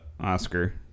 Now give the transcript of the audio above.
Oscar